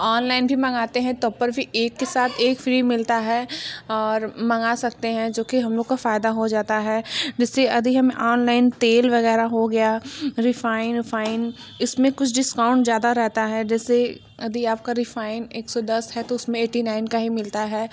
online भी मंगाते हैं तो पर भी एक के साथ एक फ़्री मिलता है और मंगा सकते हैं जो कि हम लोग को फ़ायदा हो जाता है जिससे अदि हम ऑनलाइन तेल वगैरह हो गया रिफाइन रिफाइन इसमें कुछ डिस्काउंट ज़्यादा रहता है जैसे यदि आपका रिफाइन एक सौ दस है तो उसमें एट्टी नाइन का ही मिलता है